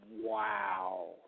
Wow